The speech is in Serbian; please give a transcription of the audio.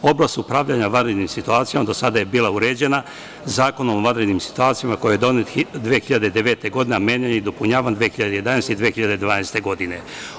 Oblast upravljanja vanrednim situacijama do sada je bila uređena Zakonom o vanrednim situacijama koji je donet 2009. godine, a menjan je i dopunjavan 2011. i 2012. godine.